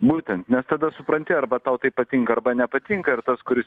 būtent nes tada supranti arba tau tai patinka arba nepatinka ir tas kuris